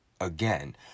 again